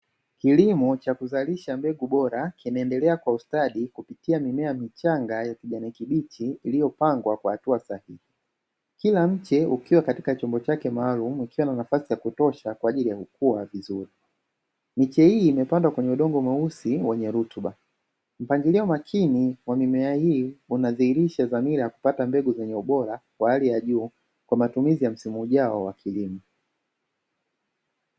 Kilimo cha kuzalisha mbegu bora kinaendelea kwa ustadi kupitia mimea michanga ya kijani kibichi kila mche ukiwa katika chombo chake maalumu kwa ajili ya amatumizi ya msimu ujao wa kilimo.